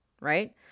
right